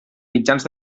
mitjans